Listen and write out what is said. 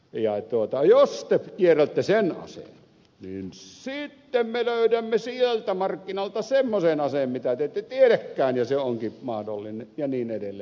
jos te kiellätte sen aseen niin sitten me löydämme sieltä markkinoilta semmoisen aseen mitä te ette tiedäkään ja se onkin mahdollinen ja niin edelleen